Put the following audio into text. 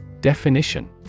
Definition